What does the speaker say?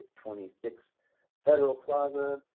twenty six federal plaza,